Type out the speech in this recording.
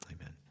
Amen